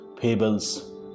fables